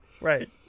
Right